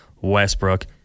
Westbrook